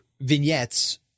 vignettes